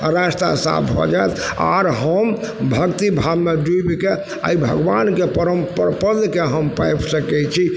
आओर रास्ता साफ भऽ जाइत आओर हम भक्ति भावमे डुबिके आओर भगवानके परम पलके हम पाबि सकय छी